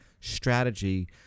strategy